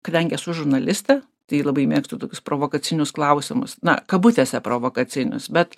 kadangi esu žurnalistė tai labai mėgstu tokius provokacinius klausimus na kabutėse provokacinius bet